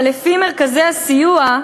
אבל לפי מרכזי הסיוע,